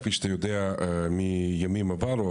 כפי שאתה יודע מימים עברו,